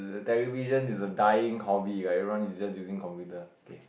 television is a dying hobby right everyone is just using computer okay